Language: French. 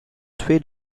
tués